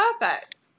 perfect